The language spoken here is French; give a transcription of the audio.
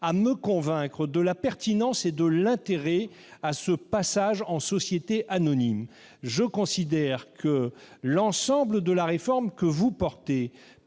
à me convaincre de la pertinence et de l'intérêt du passage en société anonyme. Je considère que l'ensemble de la réforme que vous portez